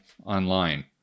online